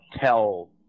tell